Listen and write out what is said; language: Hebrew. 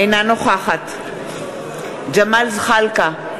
אינה נוכחת ג'מאל זחאלקה,